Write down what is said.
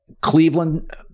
Cleveland